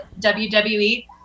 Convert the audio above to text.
WWE